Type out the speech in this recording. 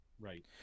Right